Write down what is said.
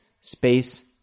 space